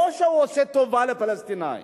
לא שהוא עושה טובה לפלסטינים,